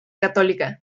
católica